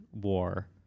war